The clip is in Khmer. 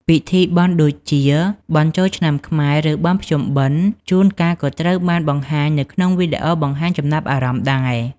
ពិធីបុណ្យដូចជាបុណ្យចូលឆ្នាំខ្មែរ ឬបុណ្យភ្ជុំបិណ្ឌ ជួនកាលក៏ត្រូវបានបង្ហាញនៅក្នុងវីដេអូបង្ហាញចំណាប់អារម្មណ៍ដែរ។